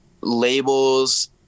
labels